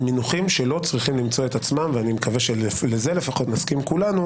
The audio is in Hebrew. מונחים שלא צריכים למצוא עצמם ומקווה שלזה לפחות נסכים כולנו